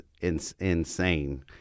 insane